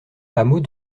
hameau